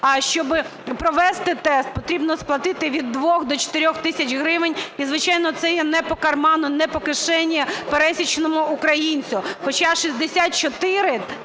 а щоб провести тест, потрібно сплатити від 2 до 4 тисяч гривень і, звичайно, це є не по карману, не по кишені пересічному українцю. Хоча 64